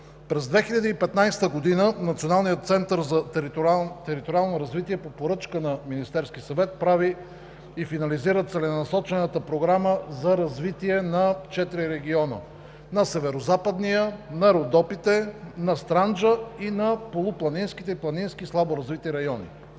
През 2015 г. Националният център за териториално развитие по поръчка на Министерския съвет прави и финализира Целенасочената програма за развитие на четири региона – на Северозападния, на Родопите, на Странджа и на полупланинските и планински слаборазвити райони.